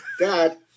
dad